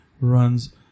runs